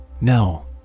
No